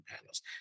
panels